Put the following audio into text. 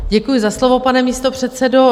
Děkuji za slovo, pane místopředsedo.